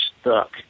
stuck